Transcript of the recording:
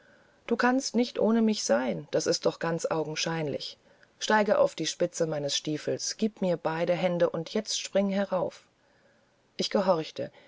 du kannst nicht ohne mich sein das ist doch ganz augenscheinlich steige auf die spitze meines stiefels gieb mir beide hände und jetzt spring herauf ich gehorchte